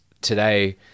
today